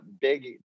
big